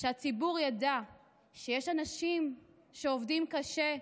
שהציבור ידע שיש אנשים שעובדים קשה,